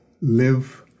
live